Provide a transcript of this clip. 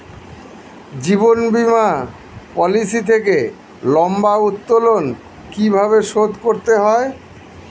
জীবন বীমা পলিসি থেকে লম্বা উত্তোলন কিভাবে শোধ করতে হয়?